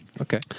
Okay